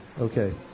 okay